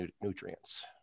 nutrients